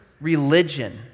religion